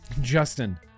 Justin